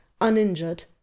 uninjured